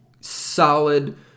solid